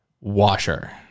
washer